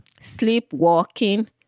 sleepwalking